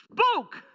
spoke